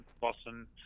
Boston